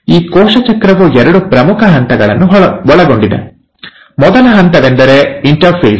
ಈ ಕೋಶ ಚಕ್ರವು ಎರಡು ಪ್ರಮುಖ ಹಂತಗಳನ್ನು ಒಳಗೊಂಡಿದೆ ಮೊದಲ ಹಂತವೆಂದರೆ ʼಇಂಟರ್ಫೇಸ್ʼ